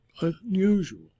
unusual